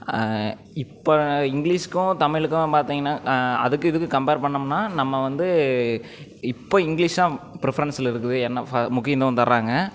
இப்போ இங்கிலீஷ்கும் தமிழுக்கும் பார்த்திங்கனா வ அதுக்கும் இதுக்கும் கம்ப்பேர் பண்ணிணோம்னா நம்ம வந்து இப்போது இங்கிலீஷ் தான் ப்ரிப்ஃபரன்ஸ்சில் இருக்குது ஏன்னால் முக்கியத்துவம் தராங்க